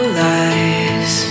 lies